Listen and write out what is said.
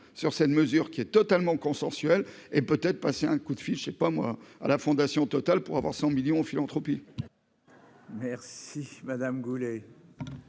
sur cette mesure qui est totalement consensuel et peut-être passer un coup de fil, je sais pas moi, à la fondation Total pour avoir 100 millions philanthropie. Merci Madame Goulet.